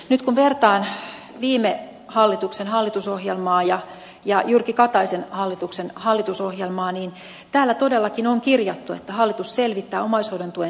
nyt kun vertaan viime hallituksen hallitusohjelmaa ja jyrki kataisen hallituksen hallitusohjelmaa niin täällä todellakin on kirjattu että hallitus selvittää omaishoidon tuen verokohtelun